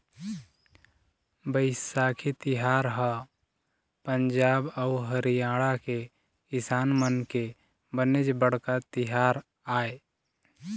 बइसाखी तिहार ह पंजाब अउ हरियाणा के किसान मन के बनेच बड़का तिहार आय